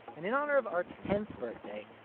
and in honor of our tenth birthday,